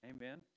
amen